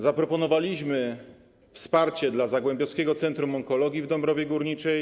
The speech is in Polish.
Zaproponowaliśmy wsparcie dla zagłębiowskiego centrum onkologii w Dąbrowie Górniczej.